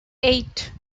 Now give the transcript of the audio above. eight